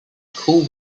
cool